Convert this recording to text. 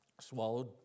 swallowed